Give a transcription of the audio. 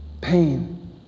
pain